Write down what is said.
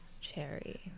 cherry